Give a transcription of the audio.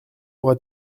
aura